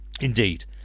Indeed